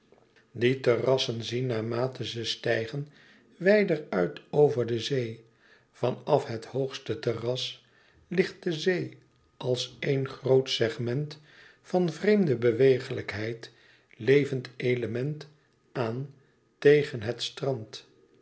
die terrassen zien naarmate ze stijgen wijder uit over de zee van af het hoogste terras ligt de zee als éen groot segment van vreemde bewegelijkheid levend element aan tegen het strand